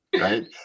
Right